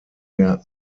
der